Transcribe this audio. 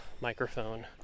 microphone